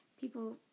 People